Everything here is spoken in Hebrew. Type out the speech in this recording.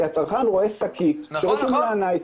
כי הצרכן רואה שקית שרשום עליה "נייס גאי",